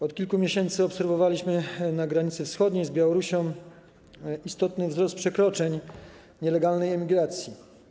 Od kilku miesięcy obserwowaliśmy na granicy wschodniej z Białorusią istotny wzrost przekroczeń, nielegalnej emigracji.